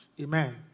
Amen